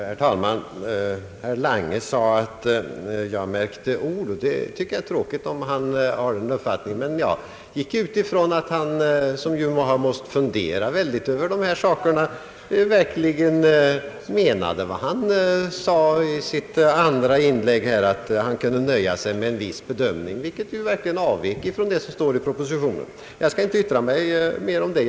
Herr talman! Herr Lange sade att jag märkte ord, och jag tycker att det är tråkigt om han har den uppfattningen. Jag utgick från att han, som har måst fundera mycket över dessa saker, verkligen menade vad han sade i sitt andra inlägg, nämligen att han kunde nöja sig med en viss bedömning, vilket verkligen avvek från vad som står i propositionen. Jag skall inte yttra mig mer om det.